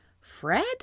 Fred